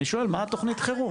אני שואל מהי תוכנית החירום.